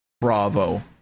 Bravo